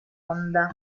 onda